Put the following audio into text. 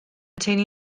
teulu